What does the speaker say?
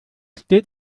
steht